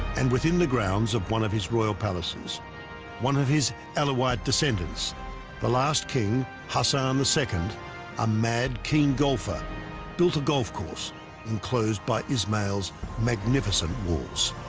and within the grounds of one of his royal palaces one of his alawite descendants the last king hassan um ii a mad keen golfer built a golf course enclosed by ismail's magnificent walls